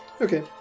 Okay